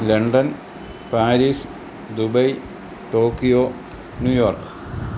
London Paris Dubai Tokyo New York